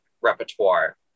repertoire